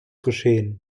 geschehen